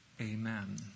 amen